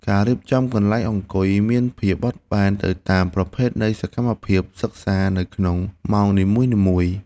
ការរៀបចំកន្លែងអង្គុយមានភាពបត់បែនទៅតាមប្រភេទនៃសកម្មភាពសិក្សានៅក្នុងម៉ោងនីមួយៗ។